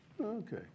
Okay